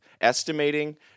estimating